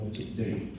today